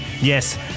Yes